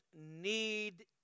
need